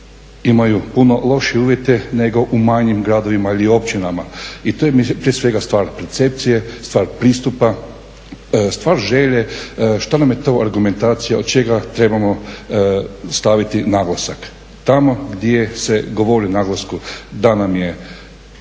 imaju puno lošije uvjete nego u manjim gradovima ili općinama i to je prije svega stvar percepcije, stvar pristupa, stvar želje što nam je to argumentacija od čega trebamo staviti naglasak. Tamo gdje se govori naglasku da nam je